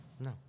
No